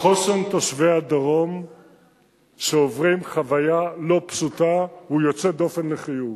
חוסן תושבי הדרום שעוברים חוויה לא פשוטה הוא יוצא דופן לחיוב,